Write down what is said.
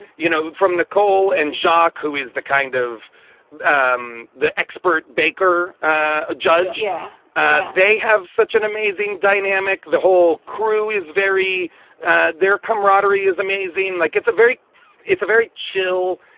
you know, from nicole and jack, who is the kind of um the expert baker, a judge. yeah ah they have such an amazing dynamic. the whole crew is very there. camaraderie is amazing. like, it's a very it's a very chill,